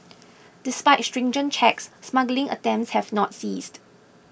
despite stringent checks smuggling attempts have not ceased